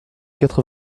quatre